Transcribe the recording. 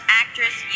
actress